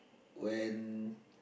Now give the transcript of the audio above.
when